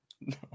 No